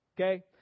Okay